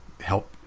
help